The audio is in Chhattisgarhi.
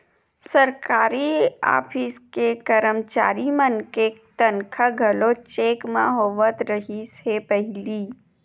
सरकारी ऑफिस के करमचारी मन के तनखा घलो चेक म होवत रिहिस हे पहिली